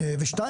ו-ב',